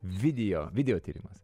video video tyrimas